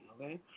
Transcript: okay